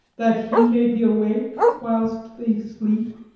that he may be awake whilst they sleep?